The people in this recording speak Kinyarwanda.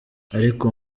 ariko